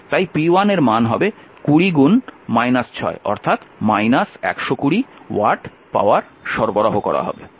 তাই p1 এর মান হবে 20 অর্থাৎ 120 ওয়াট পাওয়ার সরবরাহ করা হবে